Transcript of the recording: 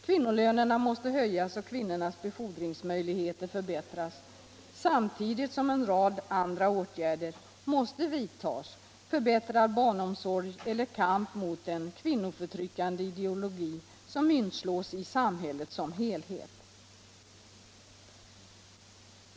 Kvinnolönerna måste höjas och kvinnornas befordringsmöjligheter förbättras, samtidigt som en rad andra åtgärder måste vidtas: förbättrad barnomsorg och kamp mot den kvinnoförtryckande ideologi som myntslås i samhället som helhet.